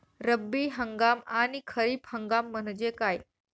रब्बी हंगाम आणि खरीप हंगाम म्हणजे काय?